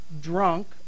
drunk